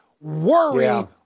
Worry